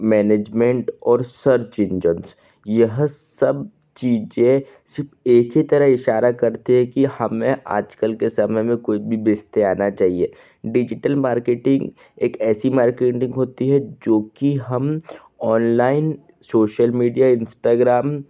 management और search engines यह सब चीज़ें सिर्फ एक ही तरह इशारा करती है कि हमें आज कल के समय में कोई भी व्यस्त आना चाहिए डिजिटल मार्केटिंग एक ऐसी मार्केटिंग होती है जो कि हम ऑनलाइन सोशल मीडिया इंस्टाग्राम